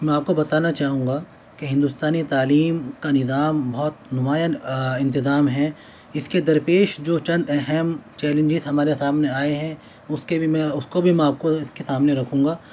میں آپ کو بتانا چاہوں گا کہ ہندوستانی تعلیم کا نظام بہت نمایاں انتظام ہیں اس کے درپیش جو چند اہم چیلنجز ہمارے سامنے آئے ہیں اس کے بھی اس کو بھی میں آپ کو اس کے سامنے رکھوں گا